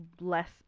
less